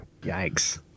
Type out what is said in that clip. Yikes